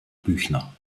büchner